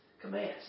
commands